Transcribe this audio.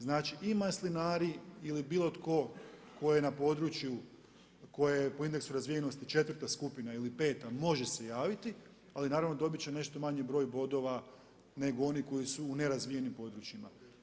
Znači i maslinari ili bilo tko je na području koje je po indeksu razvijenosti četvrta skupina ili peta može se javiti, ali naravno dobit će nešto manji broj bodova nego oni koji su u nerazvijenim područjima.